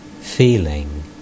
feeling